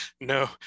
no